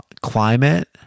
Climate